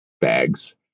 bags